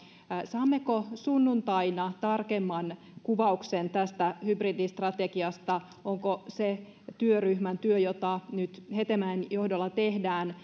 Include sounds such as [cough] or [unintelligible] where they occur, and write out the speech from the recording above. saammeko sunnuntaina tarkemman kuvauksen tästä hybridistrategiasta onko se työryhmän työ jota nyt hetemäen johdolla tehdään [unintelligible]